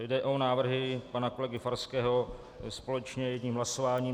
Jde o návrhy pana kolegy Farského společně jedním hlasováním.